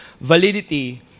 validity